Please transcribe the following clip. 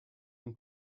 une